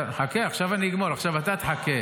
--- חכה, עכשיו אני אגמור, עכשיו אתה תחכה.